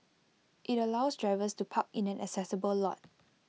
IT allows drivers to park in an accessible lot